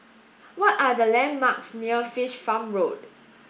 what are the landmarks near Fish Farm Road